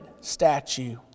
statue